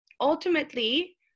ultimately